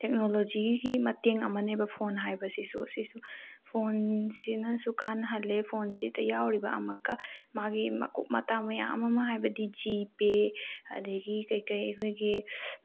ꯇꯦꯛꯅꯣꯂꯣꯖꯤꯒꯤ ꯃꯇꯦꯡ ꯑꯃꯅꯦꯕ ꯐꯣꯟ ꯍꯥꯏꯕꯁꯤꯁꯨ ꯁꯤꯁꯨ ꯐꯣꯟꯁꯤꯅꯁꯨ ꯀꯥꯟꯅꯍꯜꯂꯦ ꯐꯣꯟꯁꯤꯗ ꯌꯥꯎꯔꯤꯕ ꯑꯃꯨꯛꯀ ꯃꯥꯒꯤ ꯃꯀꯨꯞ ꯃꯇꯥ ꯃꯌꯥꯝ ꯑꯃ ꯍꯥꯏꯕꯗꯤ ꯖꯤꯄꯦ ꯑꯗꯒꯤ ꯀꯩ ꯀꯩ ꯑꯩꯈꯣꯏꯒꯤ